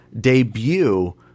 debut